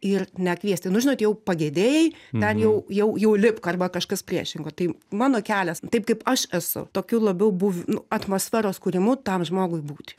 ir nekviesti nu žinot jau pagedėjai ten jau jau jau lipk arba kažkas priešingo tai mano kelias taip kaip aš esu tokiu labiau buv nu atmosferos kūrimu tam žmogui būti